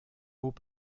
haut